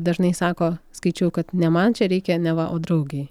dažnai sako skaičiau kad ne man čia reikia neva o draugei